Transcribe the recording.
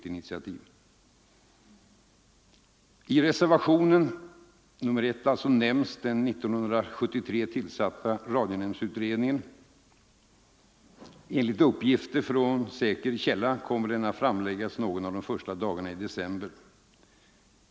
I reservationen I nämns den år 1973 tillsatta radionämndsutredningen. Enligt uppgifter från säker källa kommer den att framlägga sitt betänkande någon av de första dagarna i december.